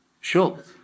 Sure